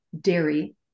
dairy